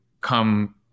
come